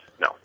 no